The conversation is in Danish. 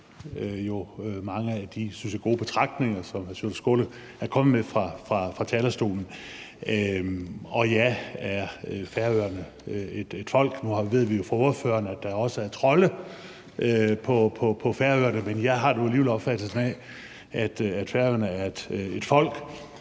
mange af de, synes jeg, gode betragtninger, som hr. Sjúrður Skaale er kommet med fra talerstolen. Og ja, er Færøerne et folk? Nu ved vi jo fra ordføreren, at der også er trolde på Færøerne, men jeg har nu alligevel opfattelsen af, at Færøerne er et folk.